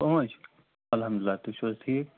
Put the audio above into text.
کٕم حظ چھُو الحمدُ اللہ تُہۍ چھُو حظ ٹھیٖک